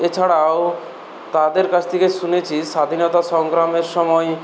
এছাড়াও তাঁদের কাছ থেকে শুনেছি স্বাধীনতা সংগ্রামের সময়